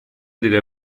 delle